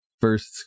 First